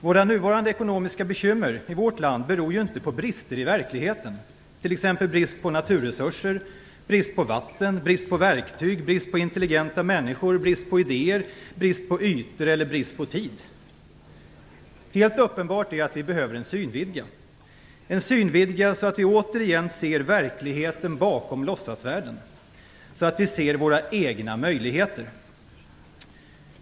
Våra nuvarande ekonomiska bekymmer i vårt land beror ju inte på brister i verkligheten, t.ex. brist på naturresurser, brist på vatten, brist på verktyg, brist på intelligenta människor, brist på idéer, brist på ytor eller brist på tid. Helt uppenbart är att vi behöver en synvidga - en synvidga, så att vi återigen ser verkligheten bakom låtsasvärlden, så att vi ser våra egna möjligheter.